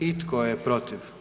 I tko je protiv?